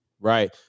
right